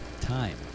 time